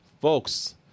Folks